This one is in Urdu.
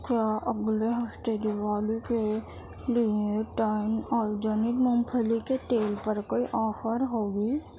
کیا اگلے ہفتے دیوالی کے لیے ٹرن آرگینک مونگ پھلی کے تیل پر کوئی آفر ہو گی